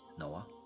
Noah